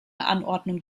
anordnung